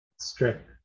strip